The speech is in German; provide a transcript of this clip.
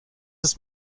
ist